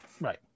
right